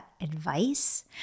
advice